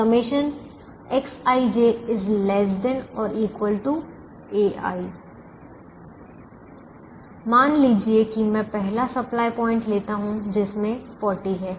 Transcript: ∑j Xij ≤ ai मान लीजिए कि मैं पहला सप्लाई पॉइंट लेता हूं जिसमें 40 है